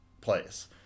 place